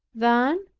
than,